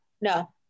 no